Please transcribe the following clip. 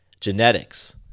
Genetics